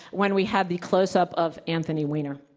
when we have the close-up of anthony weiner.